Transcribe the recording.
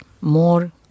more